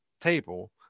table